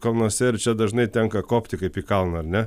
kalnuose ir čia dažnai tenka kopti kaip į kalną ar ne